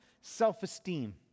self-esteem